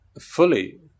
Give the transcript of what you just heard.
fully